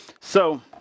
So-